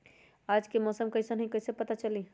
आज के मौसम कईसन हैं कईसे पता चली?